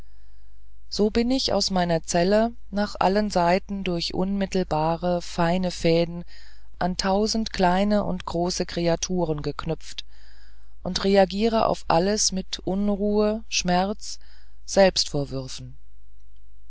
so bin ich aus meiner zelle nach allen seiten durch unmittelbare feine fäden an tausend kleine und große kreaturen geknüpft und reagiere auf alles mit unruhe schmerz selbstvorwürfen